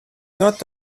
not